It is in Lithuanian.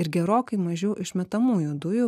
ir gerokai mažiau išmetamųjų dujų